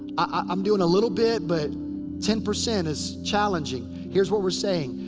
i'm doing a little bit. but ten percent is challenging. here's what we're saying.